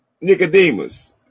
Nicodemus